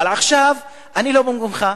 אבל עכשיו אני לא במקומך.